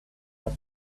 was